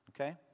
okay